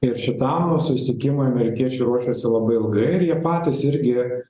ir šitam susitikimui amerikiečiai ruošėsi labai ilgai ir jie patys irgi